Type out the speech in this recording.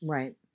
Right